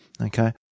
Okay